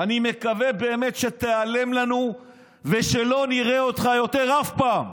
אני מקווה באמת שתיעלם לנו ושלא נראה אותך יותר אף פעם,